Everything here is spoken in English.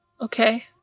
Okay